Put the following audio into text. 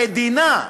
המדינה?